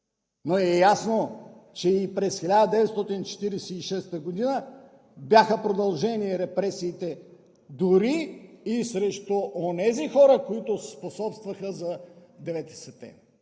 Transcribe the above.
Но е ясно, че и през 1946 г. бяха продължени репресиите дори и срещу онези хора, които способстваха за 9